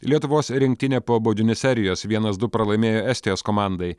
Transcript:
lietuvos rinktinė po baudinių serijos vienas du pralaimėjo estijos komandai